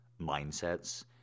mindsets